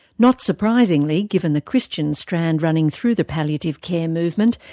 not surprisingly, given the christian strand running through the palliative care movement,